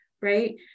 right